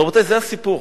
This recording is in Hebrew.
רבותי, זה הסיפור.